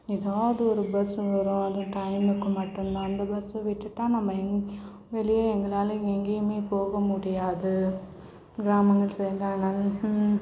ஏதாவது ஒரு பஸ் வரும் அந்த டைமுக்கு மட்டும்தான் அந்த பஸ்சை விட்டுவிட்டா நம்ம எங்கேயும் வெளியில் எங்களால் எங்கேயுமே போக முடியாது கிராமங்கள் சைடில் அதனால